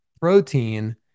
protein